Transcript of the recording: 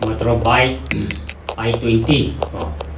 motor bike I twenty co